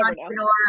entrepreneur